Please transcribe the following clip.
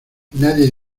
nadie